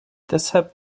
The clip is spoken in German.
deshalb